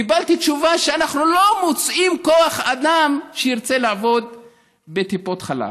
קיבלתי תשובה: אנחנו לא מוצאים כוח אדם שירצה לעבוד בטיפות חלב.